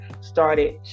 started